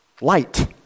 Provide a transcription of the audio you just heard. light